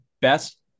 best